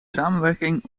samenwerking